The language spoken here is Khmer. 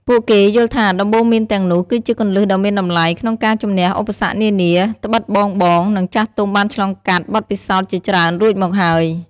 ពួកគេយល់ថាដំបូន្មានទាំងនោះគឺជា គន្លឹះដ៏មានតម្លៃ ក្នុងការជម្នះឧបសគ្គនានា ដ្បិតបងៗ និងចាស់ទុំបានឆ្លងកាត់បទពិសោធន៍ជាច្រើនរួចមកហើយ។